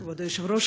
כבוד היושב-ראש,